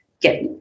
get